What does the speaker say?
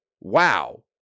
Wow